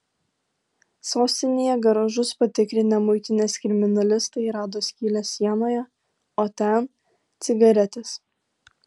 sostinėje garažus patikrinę muitinės kriminalistai rado skylę sienoje o ten cigaretės